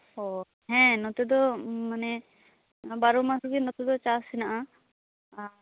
ᱳᱻ ᱦᱮᱸ ᱱᱚᱛᱮᱫᱚ ᱢᱟᱱᱮ ᱵᱟᱨᱚᱢᱟᱥ ᱜᱮ ᱱᱚᱛᱮᱫᱚ ᱪᱟᱥ ᱦᱮᱱᱟᱜᱼᱟ ᱟᱨ